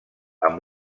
amb